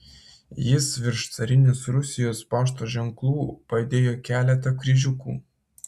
jis virš carinės rusijos pašto ženklų padėjo keletą kryžiukų